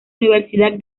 universidad